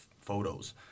photos